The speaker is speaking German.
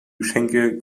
geschenke